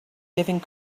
living